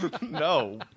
no